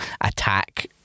attack